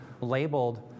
labeled